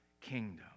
kingdom